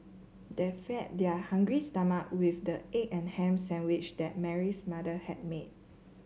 they fed their hungry stomach with the egg and ham sandwich that Mary's mother had made